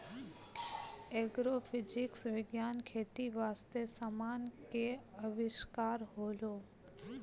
agrophysics विज्ञान खेती बास्ते समान के अविष्कार होलै